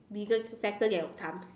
bigger fatter than your thumb